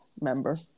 member